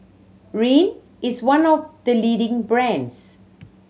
Rene is one of the leading brands